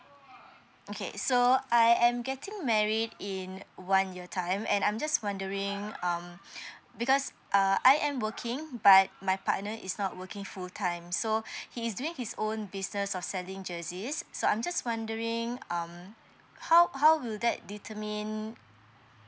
okay so I am getting married in one year time and I'm just wondering um because uh I am working but my partner is not working full time so he is doing his own business of selling jerseys so I'm just wondering um how how will that determine